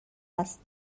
است